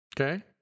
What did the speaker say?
Okay